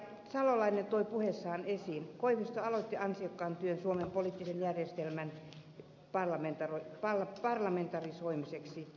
salolainen toi puheessaan esiin koivisto aloitti ansiokkaan työn suomen poliittisen järjestelmän parlamentarisoimiseksi